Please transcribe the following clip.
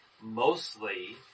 mostly